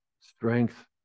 strength